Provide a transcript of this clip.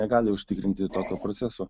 negali užtikrinti tokio proceso